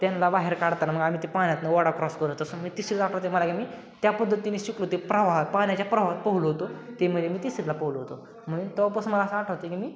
त्यानला बाहेर काढताना मग आम्ही ते पाण्यातून ओढा क्रॉस करतो तसं मी तिसरीला आठवतंय मला की मी त्या पद्धतीने शिकलो ते प्रवाह पाण्याच्या प्रवाहात पोहलो होतो ते म्हणजे मी तिसरीतला पोहलो होतो म्हणून तेव्हा पासून मला असं आठवतं की मी